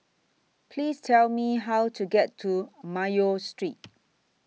Please Tell Me How to get to Mayo Street